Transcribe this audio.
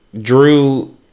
Drew